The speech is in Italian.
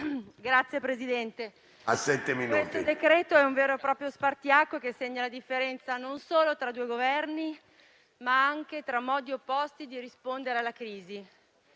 Signor Presidente, questo decreto-legge è un vero e proprio spartiacque che segna la differenza non solo tra due Governi, ma anche tra modi opposti di rispondere alla crisi.